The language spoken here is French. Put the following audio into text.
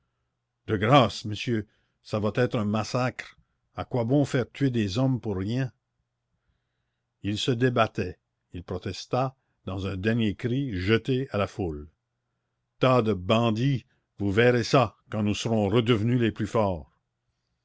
de grâce monsieur ça va être un massacre a quoi bon faire tuer des hommes pour rien il se débattait il protesta dans un dernier cri jeté à la foule tas de bandits vous verrez ça quand nous serons redevenus les plus forts